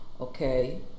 okay